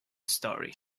story